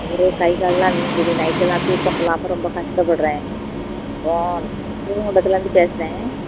ஒரே கைக்காலெலாம் வீங்குது நைட்டெல்லாம் தூக்கம் இல்லாமல் ரொம்ப கஷ்டப்படுகிறேன் அப்புறம் ஸ்ரீவைகுண்டத்திலிருந்து பேசுகிறேன்